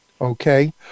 Okay